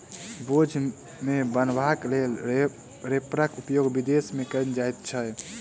बोझ के बन्हबाक लेल रैपरक उपयोग विदेश मे कयल जाइत छै